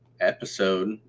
episode